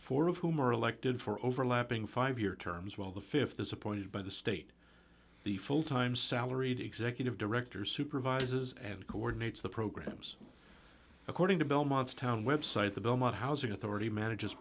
four of whom are elected for overlapping five year terms while the th is appointed by the state the full time salaried executive director supervises and coordinates the programs according to belmont's town website the belmont housing authority manage